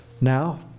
Now